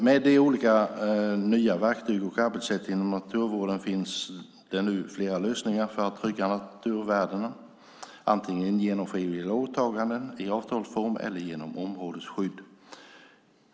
Med de olika nya verktygen och arbetssätten inom naturvården finns det nu flera lösningar för att trygga naturvärdena, antingen genom frivilliga åtaganden i avtalsform eller genom områdesskydd.